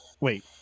wait